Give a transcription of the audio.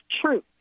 truth